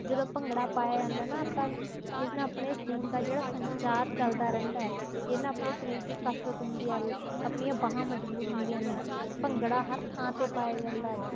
ਜਦੋਂ ਭੰਗੜਾ ਪਾਇਆ ਜਾਂਦਾ ਨਾ ਤਾਂ ਇਸ ਨਾਲ ਆਪਣੇ ਖੂਨ ਦਾ ਜਿਹੜਾ ਸੰਚਾਰ ਚੱਲਦਾ ਰਹਿੰਦਾ ਹੈ ਇਹਦੇ ਨਾਲ ਆਪਣੇ ਸਰੀਰ ਦੀ ਕਸਰਤ ਹੁੰਦੀ ਹੈ ਲ ਆਪਣੀਆਂ ਬਾਹਾਂ ਮਜ਼ਬੂਤ ਹੁੰਦੀਆਂ ਨੇ ਭੰਗੜਾ ਹਰ ਥਾਂ 'ਤੇ ਪਾਇਆ ਜਾਂਦਾ